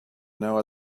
now